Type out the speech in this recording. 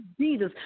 Jesus